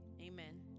amen